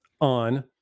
on